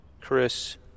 Chris